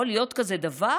יכול להיות כזה דבר,